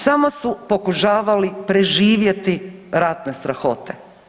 Samo su pokušavali preživjeti ratne strahote.